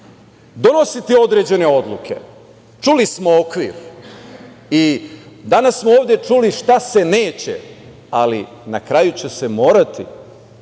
donositi određene odluke. Čuli smo okvir i danas smo ovde čuli šta se neće, ali na kraju će se morati